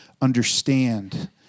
understand